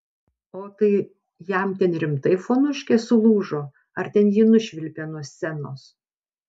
o tai jam ten rimtai fonuškė sulūžo ar ten jį nušvilpė nuo scenos